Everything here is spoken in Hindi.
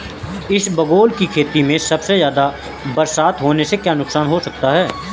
इसबगोल की खेती में ज़्यादा बरसात होने से क्या नुकसान हो सकता है?